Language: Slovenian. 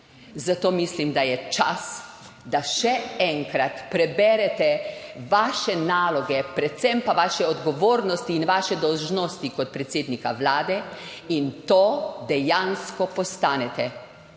Zato mislim, da je čas, da še enkrat preberete vaše naloge, predvsem pa vaše odgovornosti in vaše dolžnosti kot predsednika Vlade, in to dejansko postanete.